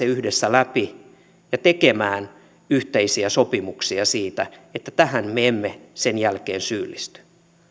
yhdessä läpi ja tekemään yhteisiä sopimuksia siitä että tähän me emme sen jälkeen syyllisty